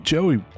Joey